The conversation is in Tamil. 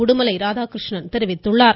உடுமலை ராதாகிருஷ்ணன் தெரிவித்துள்ளார்